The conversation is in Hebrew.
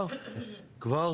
ההתראה כבר